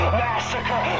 massacre